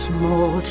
Small